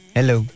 Hello